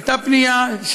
זה עדיף?